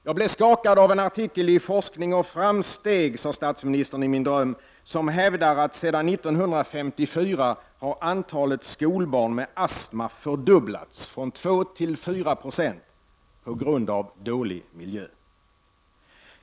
Jag blev skakad av en artikel i Forskning och Framsteg — sade statsministern i min dröm — som hävdar att antalet skolbarn med astma har sedan 1954 fördubblats från 2 till 4 96 — på grund av dålig miljö.